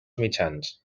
mitjans